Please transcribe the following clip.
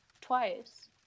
twice